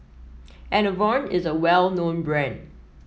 Enervon is a well known brand